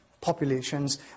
populations